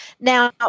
Now